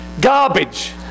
Garbage